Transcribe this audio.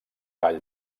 gall